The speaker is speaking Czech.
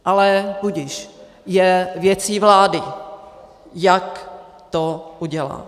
Ale budiž, je věcí vlády, jak to udělá.